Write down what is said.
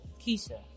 Keisha